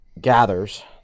gathers